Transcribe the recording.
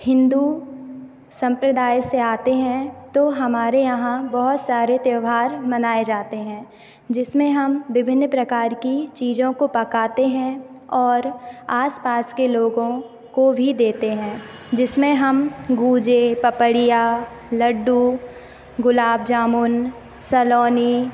हिंदू संप्रदाय से आते हैं तो हमारे यहाँ बहुत सारे त्यौहार मनाए जाते हैं जिसमें हम विभिन्न प्रकार की चीजों को पकाते हैं और आसपास के लोगों को भी देते हैं जिसमें हम गूजे पपड़िया लड्डू गुलाब जामुन सलोनी